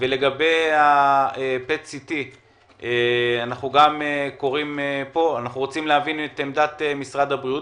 לגבי ה- PET-CTאנחנו רוצים להבין את עמדת משרד הבריאות.